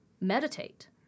meditate